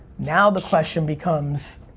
now the question becomes,